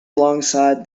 alongside